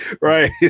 Right